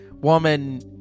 woman